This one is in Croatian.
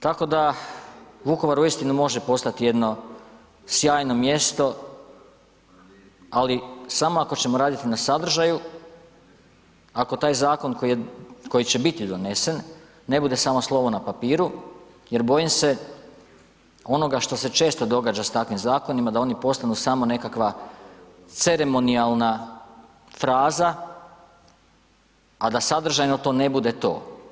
Tako da Vukovar uistinu može postati jedno sjajno mjesto, ali samo ako ćemo raditi na sadržaju, ako taj zakon koji će biti donesen ne bude samo slovo na papiru jer bojim se onoga što se često događa s takvim zakonima, da oni postanu samo nekakva ceremonijalna fraza, a da sadržajno to ne bude to.